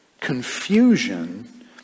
confusion